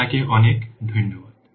আপনাকে অনেক ধন্যবাদ